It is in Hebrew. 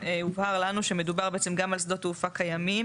הובהר לנו שמדובר בעצם גם על שדות תעופה קיימים,